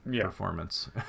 performance